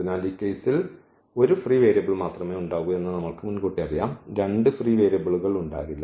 അതിനാൽ ഈ കേസിൽ ഒരു ഫ്രീ വേരിയബിൾ മാത്രമേ ഉണ്ടാകൂ എന്ന് നമ്മൾക്ക് മുൻകൂട്ടി അറിയാം രണ്ട് ഫ്രീ വേരിയബിളുകൾ ഉണ്ടാകില്ല